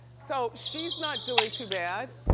so she's not doing too bad.